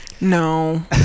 No